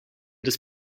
des